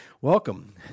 Welcome